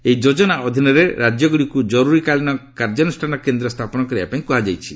ଏହି ଯୋଜନା ଅଧୀନରେ ରାଜ୍ୟଗୁଡ଼ିକୁ ଜରୁରୀକାଳୀନ କାର୍ଯ୍ୟାନୁଷ୍ଠାନ କେନ୍ଦ୍ର ସ୍ଥାପନ କରିବାପାଇଁ କୁହାଯାଇଛି